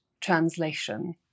translation